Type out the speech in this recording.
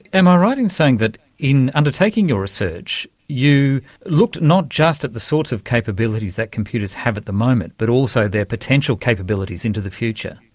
am i right in saying that in undertaking your research you looked not just at the sorts of capabilities that computers have at the moment but also their potential capabilities into the future?